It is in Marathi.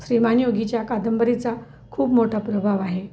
श्रीमान योगीच्या कादंबरीचा खूप मोठा प्रभाव आहे